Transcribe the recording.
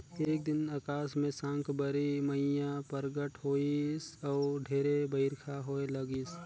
एक दिन अकास मे साकंबरी मईया परगट होईस अउ ढेरे बईरखा होए लगिस